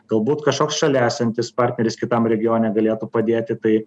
galbūt kažkoks šalia esantis partneris kitam regione galėtų padėti tai